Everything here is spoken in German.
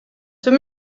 zum